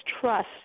trust